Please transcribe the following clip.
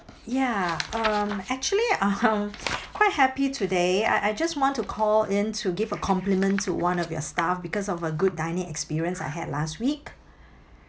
ya um but actually uh quite happy today I I just want to call in to give a compliment to one of your staff because of a good dining experience I had last week